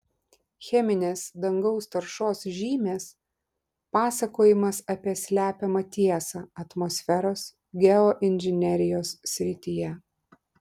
cheminės dangaus taršos žymės pasakojimas apie slepiamą tiesą atmosferos geoinžinerijos srityje